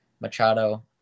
Machado